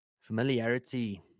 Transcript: familiarity